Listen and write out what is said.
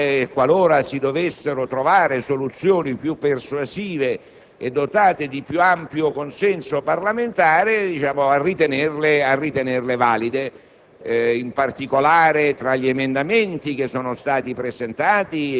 Pertanto, il relatore e la Commissione sono disponibili, qualora si dovessero trovare soluzioni più persuasive e dotate di più ampio consenso parlamentare, a ritenerle valide.